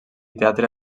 teatre